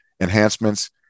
enhancements